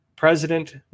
President